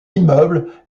immeubles